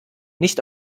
nicht